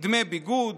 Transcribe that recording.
דמי ביגוד,